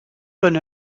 bonne